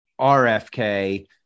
RFK